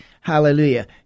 Hallelujah